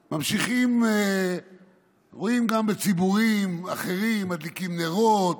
ממשיכים, ורואים גם בציבורים אחרים מדליקים נרות,